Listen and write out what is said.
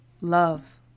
Love